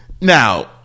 Now